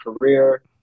career